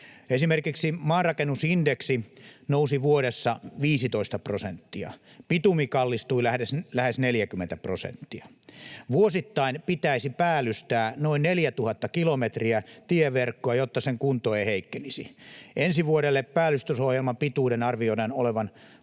Esimerkiksi maanrakennusindeksi nousi vuodessa 15 prosenttia ja bitumi kallistui lähes 40 prosenttia. Vuosittain pitäisi päällystää noin 4 000 kilometriä tieverkkoa, jotta sen kunto ei heikkenisi. Ensi vuodelle päällystysohjelman pituuden arvioidaan olevan